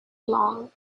long